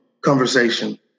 conversation